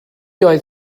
oedd